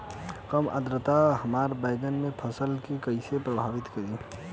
कम आद्रता हमार बैगन के फसल के कइसे प्रभावित करी?